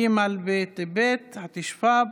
ג' בטבת התשפ"ב,